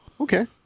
Okay